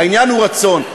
העניין הוא רצון.